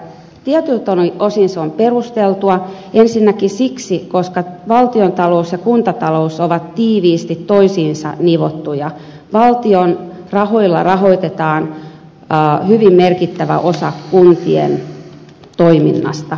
tietyiltä osin se on perusteltua ensinnäkin siksi että valtiontalous ja kuntatalous ovat tiiviisti toisiinsa nivottuja valtion rahoilla rahoitetaan hyvin merkittävä osa kuntien toiminnasta